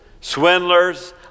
swindlers